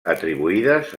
atribuïdes